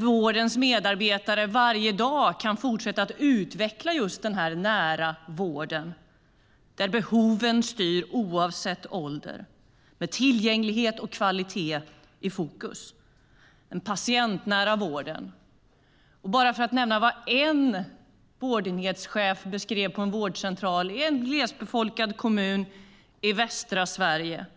Vårdens medarbetare kan varje dag fortsätta att utveckla den nära vården där behoven styr oavsett ålder med tillgänglighet och kvalitet i fokus. Det är en patientnära vård. Låt mig nämna vad en vårdenhetschef på en vårdcentral i en glesbefolkad kommun i västra Sverige beskrivit: